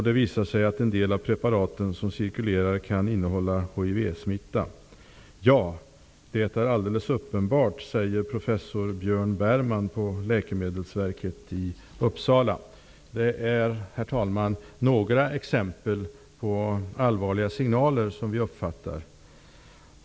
Det visar sig att en del av de preparat som cirkulerar kan innehålla hivsmitta. ''Ja, det är alldeles uppenbart'', säger professor Björn Beermann på Det här är några exempel på allvarliga signaler som vi uppfattar.